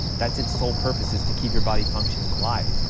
that's its sole purpose is to keep your body functioning and alive.